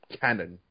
canon